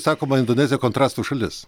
sakoma indonezija kontrastų šalis